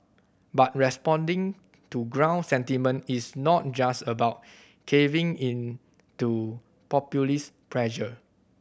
but responding to ground sentiment is not just about caving into populist pressure